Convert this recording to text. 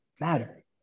matter